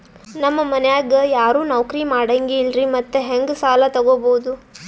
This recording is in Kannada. ನಮ್ ಮನ್ಯಾಗ ಯಾರೂ ನೌಕ್ರಿ ಮಾಡಂಗಿಲ್ಲ್ರಿ ಮತ್ತೆಹೆಂಗ ಸಾಲಾ ತೊಗೊಬೌದು?